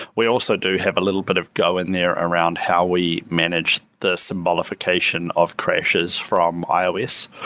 we also do have a little bit of go in there around how we manage the symbolification of crashes from ios,